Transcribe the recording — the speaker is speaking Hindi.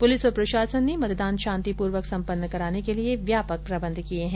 पुलिस और प्रषासन ने मतदान शांति पूर्वक सम्पन्न कराने के लिए व्यापक प्रबंध किये हैं